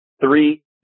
three